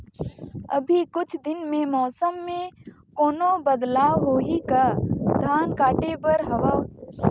अभी कुछ दिन मे मौसम मे कोनो बदलाव होही का? धान काटे बर हवय?